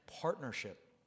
partnership